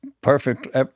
perfect